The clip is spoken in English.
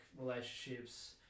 relationships